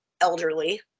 elderly